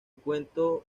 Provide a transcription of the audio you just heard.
cuento